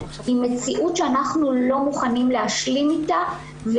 מציאות שאנחנו לא מוכנים להשלים איתה.